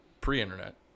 pre-internet